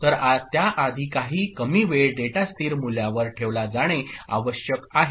तर त्याआधी काही कमी वेळ डेटा स्थिर मूल्यावर ठेवला जाणे आवश्यक आहे